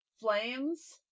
flames